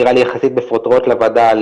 נראה לי יחסית בפרוטרוט לוועדה,